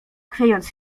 chwiejąc